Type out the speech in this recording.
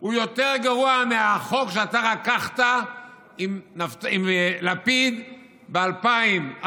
הוא יותר גרוע מהחוק שאתה רקחת עם לפיד ב-2014,